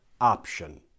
option